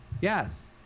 yes